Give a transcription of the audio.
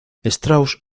strauss